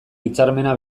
hitzarmena